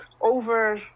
over